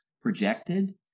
projected